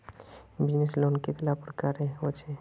Business loan कतेला प्रकारेर होचे?